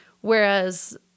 Whereas